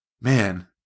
Man